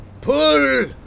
Pull